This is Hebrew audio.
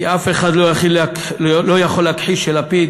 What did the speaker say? כי אף אחד לא יכול להכחיש שלפיד,